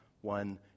one